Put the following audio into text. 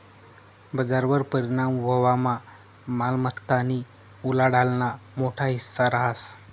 बजारवर परिणाम व्हवामा मालमत्तानी उलाढालना मोठा हिस्सा रहास